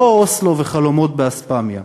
לא אוסלו וחלומות באספמיה?